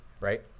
right